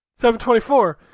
724